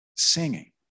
singing